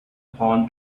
palm